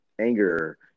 anger